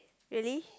really